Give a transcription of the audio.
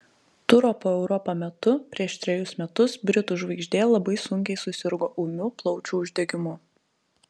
turo po europą metu prieš trejus metus britų žvaigždė labai sunkiai susirgo ūmiu plaučių uždegimu